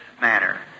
manner